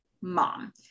mom